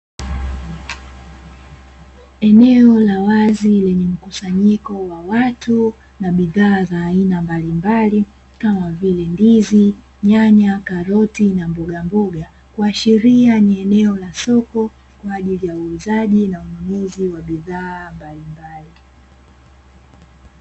Eneo la wazi lenye mkusanyiko wa watu na bidhaa za aina mbalimbali kama vile ndizi, nyanya, karoti na mboga mboga ikiashiria ni eneo la soko kwajili ya uzaji na ununuzi wa bidhaa mbalimbali.